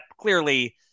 clearly